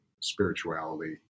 spirituality